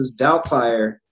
Doubtfire